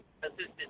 assistant